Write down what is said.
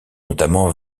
notamment